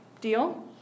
Deal